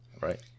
right